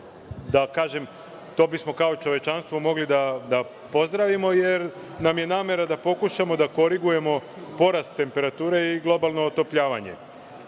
emisije i to bismo kao čovečanstvo mogli da pozdravimo jer nam je namera da pokušamo da korigujemo porast temperature i globalno otopljavanje.